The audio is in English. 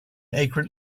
akron